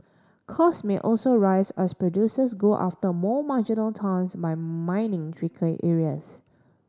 cost may also rise as producers go after more marginal tons by mining trickier areas